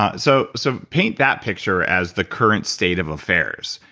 um so so paint that picture as the current state of affairs.